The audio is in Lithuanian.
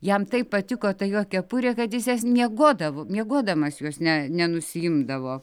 jam taip patiko ta jo kepurė kad jis miegodavo miegodamas jos ne ne nenusiimdavo